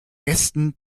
gästen